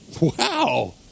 Wow